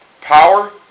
Power